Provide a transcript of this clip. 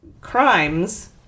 crimes